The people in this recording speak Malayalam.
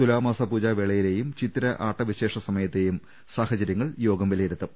തുലാമാസ പൂജാ വേളയിലേയും ചിത്തിര ആട്ട വിശേഷ സമയത്തേയും സാഹചര്യ ങ്ങൾ യോഗം വിലയിരുത്തും